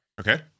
Okay